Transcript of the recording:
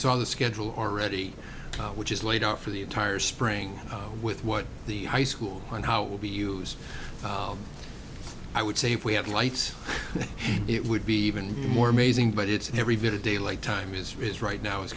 saw the schedule already which is laid out for the entire spring with what the high school and how it will be used i would say if we had lights it would be even more amazing but it's every bit of daylight time is right now i